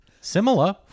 Similar